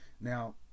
Now